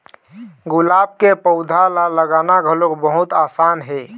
गुलाब के पउधा ल लगाना घलोक बहुत असान हे